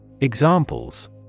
Examples